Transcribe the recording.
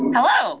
Hello